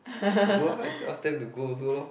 go ah ask them to go also lor